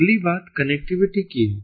अगली बात कनेक्टिविटी की है